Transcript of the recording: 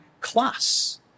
class